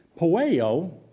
Poeo